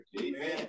amen